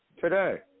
Today